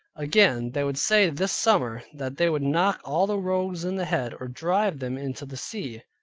again, they would say this summer that they would knock all the rogues in the head, or drive them into the sea,